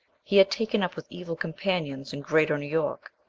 he had taken up with evil companions in greater new york.